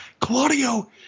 Claudio